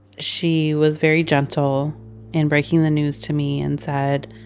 she was very gentle in breaking the news to me and said,